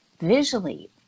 visually